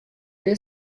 dit